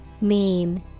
Meme